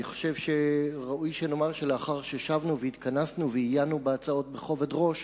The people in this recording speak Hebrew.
אני חושב שראוי שנאמר שלאחר ששבנו והתכנסנו ועיינו בהצעות בכובד-ראש,